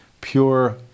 pure